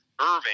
Irving